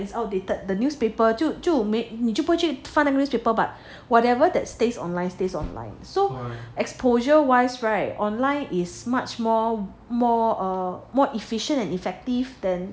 it's outdated the newspaper 就就没你就不会反那个 but whatever that stays online stays online so exposure wise right online is much more more um is more efficient and effective then